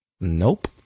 Nope